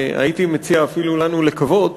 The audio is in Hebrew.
והייתי מציע לנו אפילו לקוות